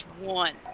one